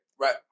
Right